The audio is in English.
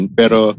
pero